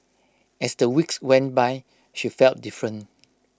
as the weeks went by she felt different